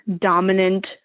dominant